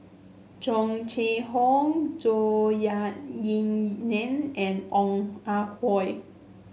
Tung Chye Hong Zhou Ying Nan and Ong Ah Hoi